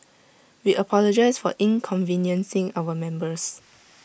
we apologise for inconveniencing our members